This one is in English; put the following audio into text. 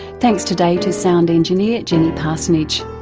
thanks today to sound engineer jenny parsonage,